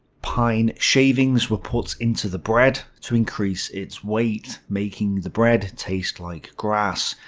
pine shavings were put into the bread to increase its weight, making the bread taste like grass,